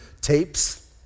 tapes